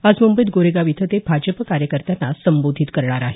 आज मुंबईत गोरेगाव इथं ते भाजप कार्यकर्त्यांना संबोधित करणार आहेत